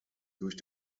durch